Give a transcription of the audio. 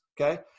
Okay